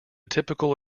typical